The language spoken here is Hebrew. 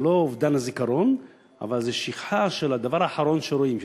זה לא אובדן הזיכרון אבל זו שכחה של הדבר האחרון שרואים,